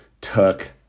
took